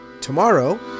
Tomorrow